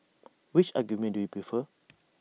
which argument do you prefer